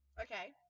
Okay